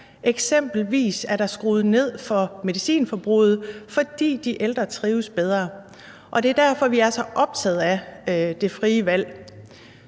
Eksempelvis er der skruet ned for medicinforbruget, fordi de ældre trives bedre. Det er derfor, vi er så optaget af det frie valg.